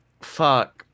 Fuck